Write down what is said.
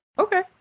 Okay